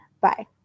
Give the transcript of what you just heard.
Bye